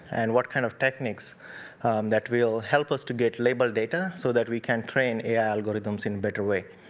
and what kind of techniques that will help us to get labor data, so that we can train ai algorithms in better way.